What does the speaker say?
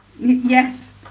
Yes